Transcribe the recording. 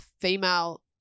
female